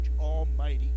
almighty